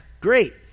Great